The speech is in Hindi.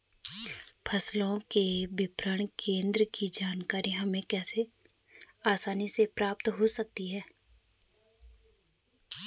फसलों के विपणन केंद्रों की जानकारी हमें कैसे आसानी से प्राप्त हो सकती?